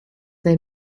they